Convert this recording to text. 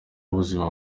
w’ubuzima